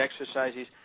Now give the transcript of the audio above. exercises